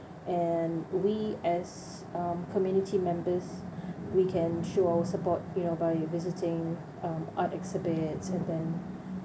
and we as um community members we can show our support you know by visiting um art exhibit event